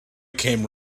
came